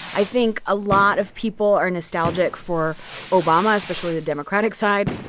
i think a lot of people are nostalgic for obama, especially the democratic side.